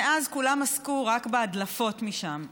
מאז כולם עסקו רק בהדלפות משם,